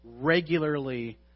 regularly